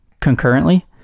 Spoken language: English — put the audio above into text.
concurrently